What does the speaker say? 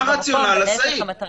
מה הרציונל לסעיף?